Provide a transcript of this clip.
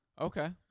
Okay